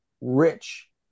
rich